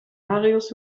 marius